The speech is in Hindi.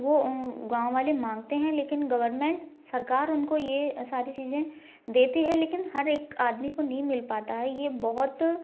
वो गाँव वाले मांगते हैं लेकिन गवर्मेंट सरकार उनको ये सारी चीज़ें देती है लेकिन हर एक आदमी को नहीं मिल पाता है ये बहुत